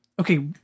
okay